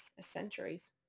centuries